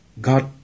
God